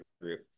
Group